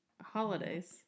holidays